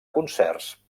concerts